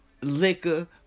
liquor